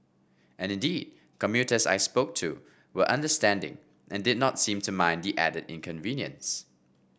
and indeed commuters I spoke to were understanding and did not seems to mind the added inconvenience